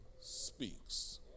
Speaks